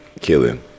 Killing